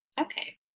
okay